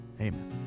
Amen